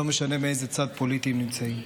לא משנה באיזה צד פוליטי הם נמצאים.